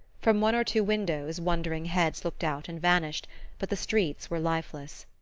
from one or two windows, wondering heads looked out and vanished but the streets were lifeless.